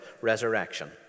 resurrection